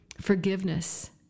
forgiveness